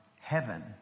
heaven